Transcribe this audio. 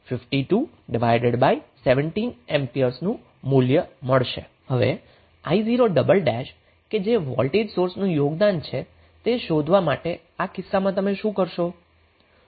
હવે i0 કે જે વોલ્ટેજ સોર્સનું યોગદાન છે તે શોધવા માટે આ કિસ્સામાં તમે શું કરશો